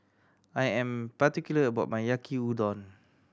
I am particular about my Yaki Udon